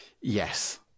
Yes